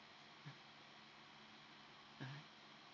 mm mmhmm